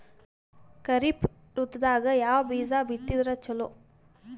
ಖರೀಫ್ ಋತದಾಗ ಯಾವ ಬೀಜ ಬಿತ್ತದರ ಚಲೋ?